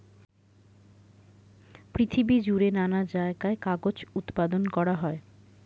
পৃথিবী জুড়ে নানা জায়গায় কাগজ উৎপাদন করা হয়